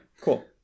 Cool